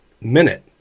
minute